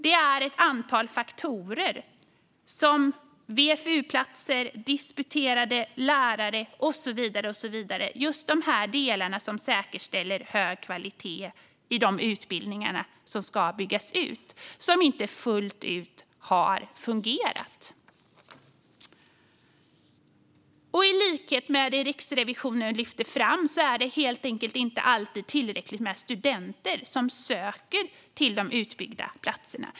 Det handlar om ett antal faktorer, till exempel VFU-platser, disputerade lärare och så vidare. Det är alltså fråga om att de delar som säkerställer hög kvalitet i de utbildningar som ska byggas ut inte fullt ut har fungerat. I likhet med det Riksrevisionen lyfter fram är det helt enkelt inte alltid tillräckligt många studenter som söker till de utbyggda platserna.